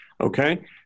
Okay